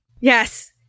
Yes